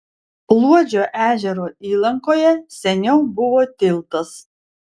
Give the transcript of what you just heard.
luodžio ežero įlankoje seniau buvo tiltas